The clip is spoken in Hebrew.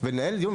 ולנהל דיון,